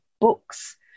books